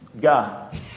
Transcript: God